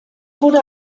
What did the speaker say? wurde